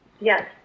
Yes